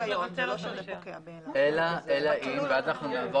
אלא אם, ואז נעבור